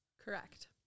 correct